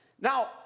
Now